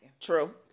True